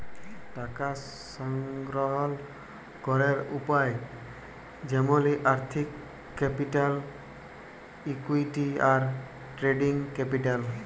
টাকা সংগ্রহল ক্যরের উপায় যেমলি আর্থিক ক্যাপিটাল, ইকুইটি, আর ট্রেডিং ক্যাপিটাল